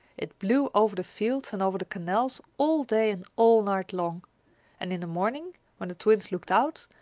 it blew over the fields and over the canals all day and all night long and in the morning, when the twins looked out,